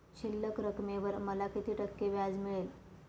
शिल्लक रकमेवर मला किती टक्के व्याज मिळेल?